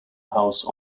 house